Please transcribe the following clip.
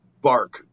Bark